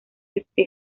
este